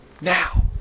now